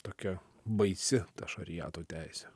tokia baisi ta šariato teise